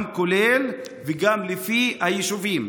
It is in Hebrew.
גם באופן כולל וגם לפי היישובים.